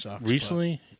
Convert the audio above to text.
recently